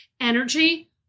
energy